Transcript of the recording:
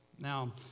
Now